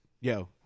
Yo